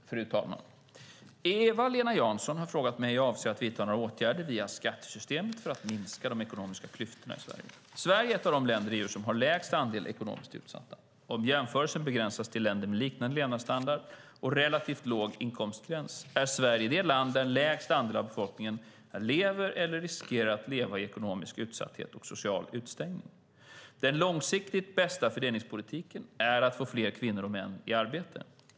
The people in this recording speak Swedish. Fru talman! Eva-Lena Jansson har frågat mig om jag avser att vidta några åtgärder via skattesystemet för att minska de ekonomiska klyftorna i Sverige. Sverige är ett av de länder i EU som har lägst andel ekonomiskt utsatta. Om jämförelsen begränsas till länder med liknande levnadsstandard - och relativ låg inkomstgräns - är Sverige det land där lägst andel av befolkningen lever eller riskerar att leva i ekonomisk utsatthet och social utestängning. Den långsiktigt bästa fördelningspolitiken är att få fler kvinnor och män i arbete.